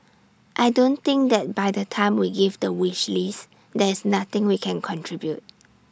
I don't think that by the time we give the wish list there is nothing we can contribute